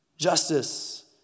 Justice